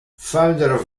founder